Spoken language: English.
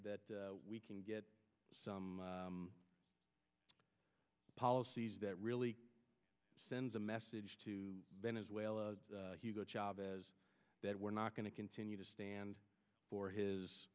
that we can get some policies that really sends a message to venezuela hugo chavez that we're not going to continue to stand for his